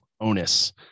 Onus